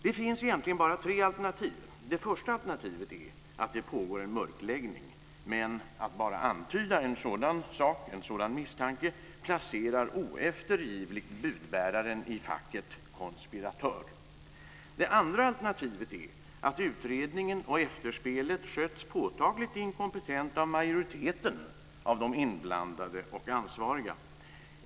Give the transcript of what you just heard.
Det finns egentligen bara tre alternativ. Det första alternativet är att det pågår en mörkläggning. Men att bara antyda en sådan misstanke placerar oeftergivligt budbäraren i facket konspiratör. Det andra alternativet är att utredningen och efterspelet skötts påtagligt inkompetent av majoriteten av de inbladade och ansvariga.